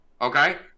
Okay